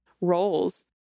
roles